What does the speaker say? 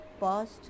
past